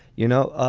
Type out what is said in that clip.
you know,